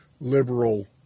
liberal